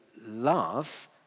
love